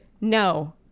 No